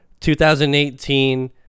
2018